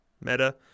meta